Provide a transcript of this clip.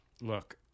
Look